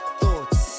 thoughts